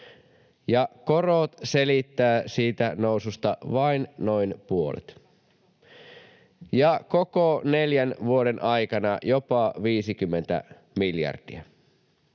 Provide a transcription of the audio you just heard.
korot selittävät siitä noususta vain noin puolet — ja koko neljän vuoden aikana jopa 50 miljardia.